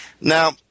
Now